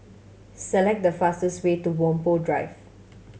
select the fastest way to Whampoa Drive